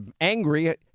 angry